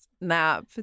nap